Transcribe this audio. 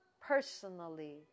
personally